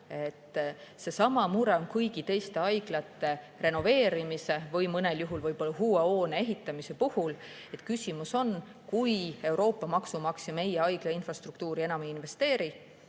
Seesama mure on kõigi teiste haiglate renoveerimise või mõnel juhul võib-olla uue hoone ehitamise puhul. Küsimus on selles, et kui Euroopa maksumaksja meie haigla infrastruktuuri enam ei investeeri,